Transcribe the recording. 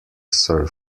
sir